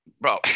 Bro